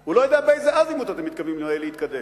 הוא לא יודע באיזה אזימוט אתם מתכוונים להתקדם.